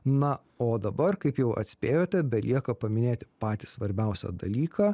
na o dabar kaip jau atspėjote belieka paminėti patį svarbiausią dalyką